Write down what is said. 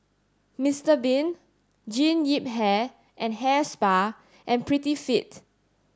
Msiter Bean Jean Yip Hair and Hair Spa and Prettyfit